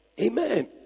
Amen